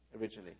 Originally